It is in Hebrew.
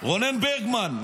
רונן ברגמן,